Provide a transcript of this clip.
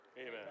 Amen